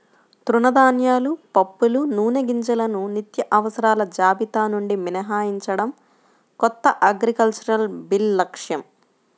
తృణధాన్యాలు, పప్పులు, నూనెగింజలను నిత్యావసరాల జాబితా నుండి మినహాయించడం కొత్త అగ్రికల్చరల్ బిల్లు లక్ష్యం